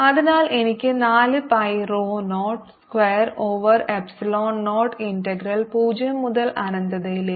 അതിനാൽ എനിക്ക് 4 pi rho 0 square over epsilon 0 integral 0 മുതൽ അനന്തതയിലേക്ക്